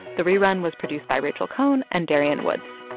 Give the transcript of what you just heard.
the rerun was produced by rachel cohn and darian woods.